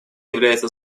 является